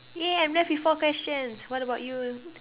yeah I'm left with four questions what about you